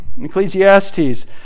Ecclesiastes